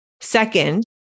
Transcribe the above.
Second